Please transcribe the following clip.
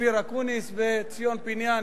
אופיר אקוניס וציון פיניאן,